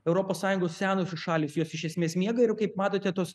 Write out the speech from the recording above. europos sąjungos senosios šalys jos iš esmės miega ir kaip matote tos